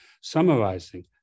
summarizing